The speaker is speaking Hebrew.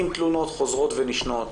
עם תלונות חוזרות ונשנות,